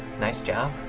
nice job,